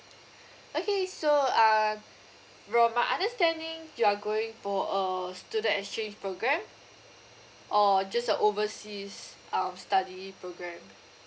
okay so err for my understanding you are going for a student exchange program or just a overseas um study program